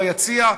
ביציע,